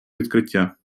відкриття